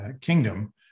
kingdom